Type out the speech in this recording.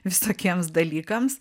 visokiems dalykams